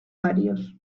varios